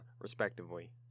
respectively